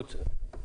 תודה.